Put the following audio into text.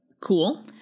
Cool